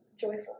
joyful